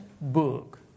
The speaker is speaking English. book